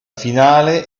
finale